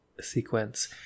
sequence